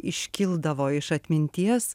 iškildavo iš atminties